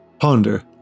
ponder